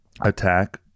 attack